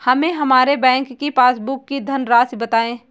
हमें हमारे बैंक की पासबुक की धन राशि बताइए